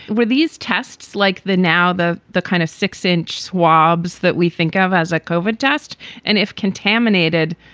were these tests like the now the the kind of six inch swabs that we think of as a covid test and if contaminated,